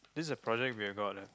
this's a project we have got